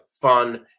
fun